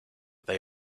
they